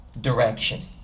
direction